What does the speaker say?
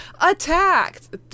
attacked